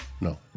no